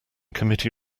committee